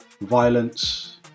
violence